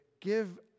give